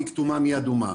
מי כתומה ומי אדומה.